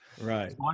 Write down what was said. right